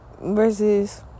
versus